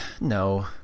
No